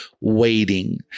waiting